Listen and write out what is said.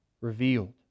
revealed